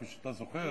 כפי שאתה זוכר,